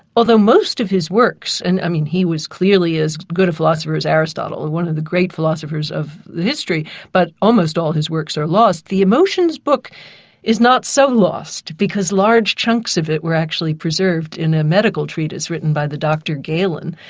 although most of his works and i mean he was clearly as good a philosopher as aristotle, and one of the great philosophers of history, but almost all his works are lost. the emotions book is not so lost, because large chunks of it were actually preserved in a medical treatise written by the doctor galen.